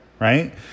right